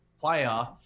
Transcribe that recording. player